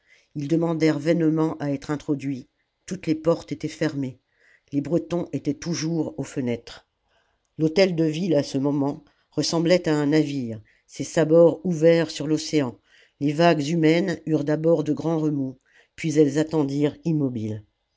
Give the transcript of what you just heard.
ils demandèrent vainement à être introduits toutes les portes étaient fermées les bretons étaient toujours aux fenêtres la commune l'hôtel-de-ville à ce moment ressemblait à un navire ses sabords ouverts sur l'océan les vagues humaines eurent d'abord de grands remous puis elles attendirent immobiles